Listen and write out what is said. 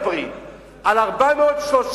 על הפתרונות הם לא מדברים.